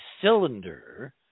cylinder